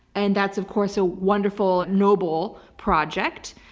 and that's of course a wonderful, noble project.